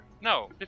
No